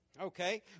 Okay